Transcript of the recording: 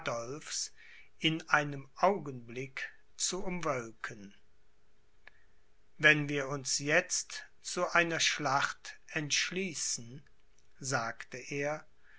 in einem augenblick zu umwölken wenn wir uns jetzt zu einer schlacht entschließen sagte er